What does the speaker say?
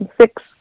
six